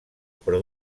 però